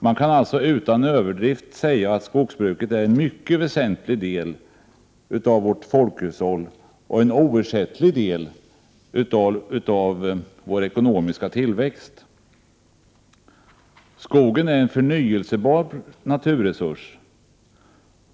Man kan alltså utan överdrift säga att skogsbruket är en mycket väsentlig del av vårt folkhushåll och en oersättlig del av vår ekonomiska tillväxt. Skogen är en förnyelsebar naturresurs.